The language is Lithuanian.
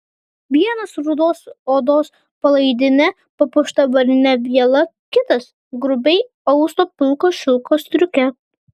vienas rudos odos palaidine papuošta varine viela kitas grubiai austo pilko šilko striuke